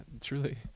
truly